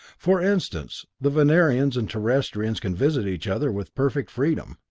for instance, the venerians and terrestrians can visit each other with perfect freedom.